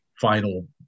final